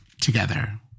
together